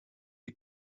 ich